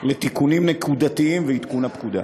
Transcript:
לתיקונים נקודתיים ולעדכון הפקודה.